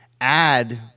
add